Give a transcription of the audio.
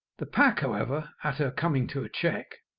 the pack, however, at her coming to a check,